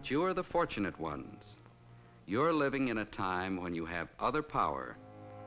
but you're the fortunate one you're living in a time when you have other power